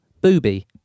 Booby